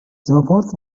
جاپارک